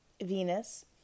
Venus